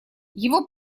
его